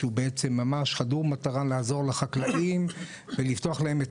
שהוא בעצם ממש חדור מטרה לעזור לחקלאים ולפתוח להם את